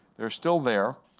they're still there.